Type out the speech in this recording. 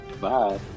Bye